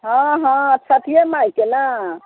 हँ हँ छठिये माइके ने